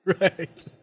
Right